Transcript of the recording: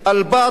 אל-באט,